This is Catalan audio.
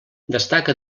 destaca